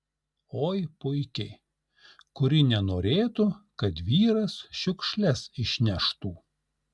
oi puikiai kuri nenorėtų kad vyras šiukšles išneštų